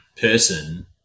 person